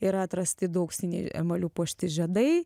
yra atrasti du auksiniai emaliu puošti žiedai